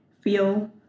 feel